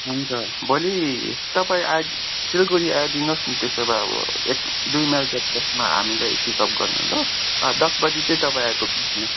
हुन्छ भोलि तपाईँ आइ सिलगढी आइदिनुहोस् न त्यसो भए एक दुई माइल चेक पोस्टमा हामीलाई पिकअप गर्नु ल दस बजी चाहिँ तपाईँ आइपुग्नुहोस् न